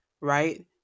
right